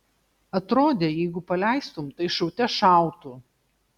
atrodė jeigu paleistum tai šaute šautų